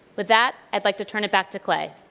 with that i'd like to turn it back to clay.